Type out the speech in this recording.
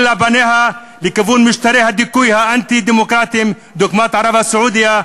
אלא פניה לכיוון משטרי הדיכוי האנטי-דמוקרטיים דוגמת ערב- הסעודית,